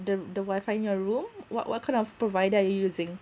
the the wifi in your room what what kind of provider are you using